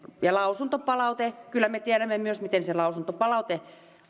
ja lausuntopalaute kyllä myös me tiedämme mitä se lausuntopalaute